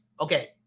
Okay